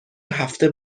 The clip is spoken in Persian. هفته